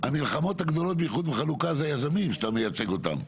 המלחמות הגדולות באיחוד וחלוקה זה היזמים שאתה מייצג אותם.